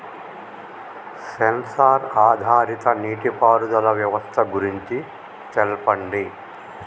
Censor ఆధారిత నీటిపారుదల వ్యవస్థ గురించి తెల్పండి?